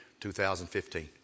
2015